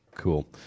Cool